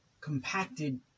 compacted